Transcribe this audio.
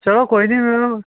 चलो कोई निं